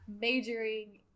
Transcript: majoring